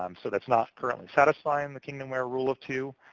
um so that's not currently satisfying the kingdomware rule of two.